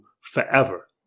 forever